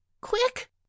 quick